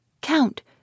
Count